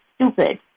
stupid